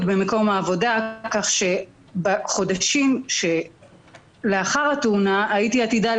במקום העבודה כך שבחודשים שלאחר התאונה הייתי עתידה